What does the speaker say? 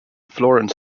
florence